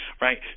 right